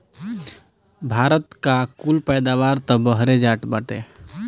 भारत का कुल पैदावार तअ बहरे जात बाटे